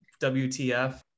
WTF